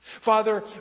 Father